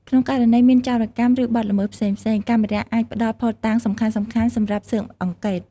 ក្នុងករណីមានចោរកម្ម ឬបទល្មើសផ្សេងៗ កាមេរ៉ាអាចផ្តល់ភស្តុតាងសំខាន់ៗសម្រាប់ស៊ើបអង្កេត។